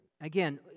Again